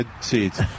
seeds